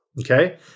Okay